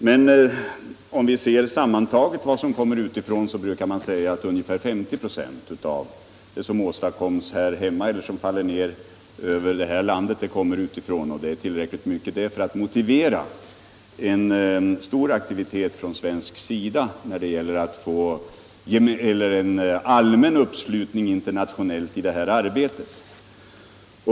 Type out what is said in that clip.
Man brukar säga att sammanlagt ungefär 50 96 av nedfallet över vårt land kommer utifrån. Det är tillräckligt mycket för att motivera en stor aktivitet från svensk sida för att få till stånd en allmän, internationell uppslutning kring det här arbetet.